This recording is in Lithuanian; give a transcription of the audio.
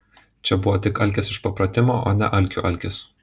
čia buvo tik alkis iš papratimo o ne alkių alkis